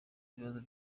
ikibazo